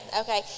Okay